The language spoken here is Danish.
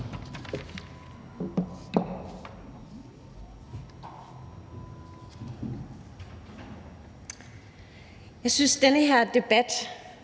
Jeg synes, at den her debat